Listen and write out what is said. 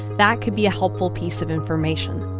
that could be a helpful piece of information